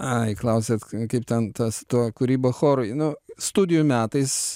ai klausėt kaip ten tas ta kūryba chorui nu studijų metais